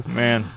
man